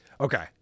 Okay